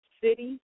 city